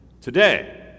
today